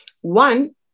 One